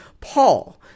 Paul